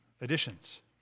additions